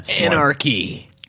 Anarchy